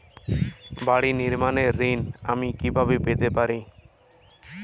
বাড়ি নির্মাণের ঋণ আমি কিভাবে পেতে পারি?